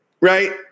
Right